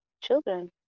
children